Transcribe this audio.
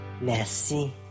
Merci